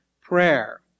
prayer